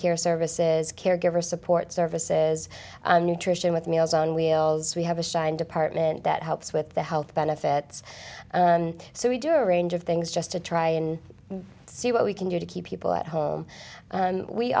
care services caregiver support services nutrition with meals on wheels we have a shine department that helps with the health benefits and so we do a range of things just to try and see what we can do to keep people at home